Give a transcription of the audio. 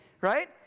right